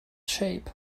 shape